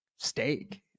Steak